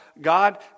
God